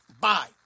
Bye